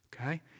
Okay